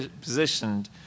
positioned